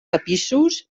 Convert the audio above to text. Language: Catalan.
tapissos